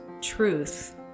truth